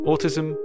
Autism